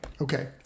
Okay